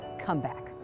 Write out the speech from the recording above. Comeback